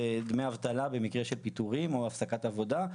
זה דמי אבטלה במקרה של פיטורין או הפסקת עבודה,